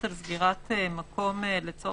במקום ליצור